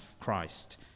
Christ